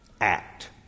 act